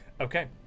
okay